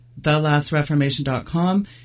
thelastreformation.com